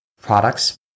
products